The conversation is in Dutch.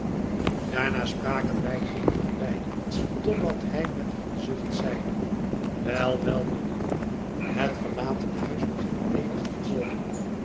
daarna spraken wij geen van beiden totdat hij met een zucht zeide wel wel melieve het verlaten huis begint ledig te worden